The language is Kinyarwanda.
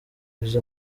uzi